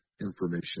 information